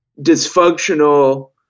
dysfunctional